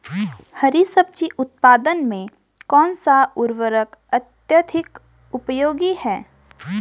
हरी सब्जी उत्पादन में कौन सा उर्वरक अत्यधिक उपयोगी है?